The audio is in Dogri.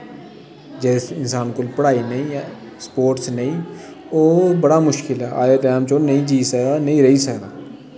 जिस इंसान कोल पढ़ाई नेईं ऐ स्पोर्टस नेईं ओह् बड़ा मुश्कल ऐ ओह् नेईं जी सकदा नेईं रेही सकदा